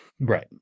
Right